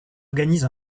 organise